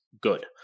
good